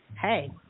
Hey